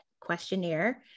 questionnaire